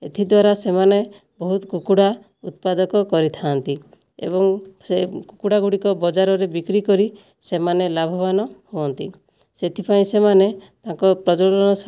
ଏଥିଦ୍ୱାରା ସେମାନେ ବହୁତ କୁକୁଡ଼ା ଉତ୍ପାଦକ କରିଥାନ୍ତି ଏବଂ ସେ କୁକୁଡ଼ାଗୁଡ଼ିକ ବଜାରରେ ବିକ୍ରି କରି ସେମାନେ ଲାଭବାନ ହୁଅନ୍ତି ସେଥିପାଇଁ ସେମାନେ ତାଙ୍କ ପ୍ରଜନନ